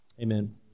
Amen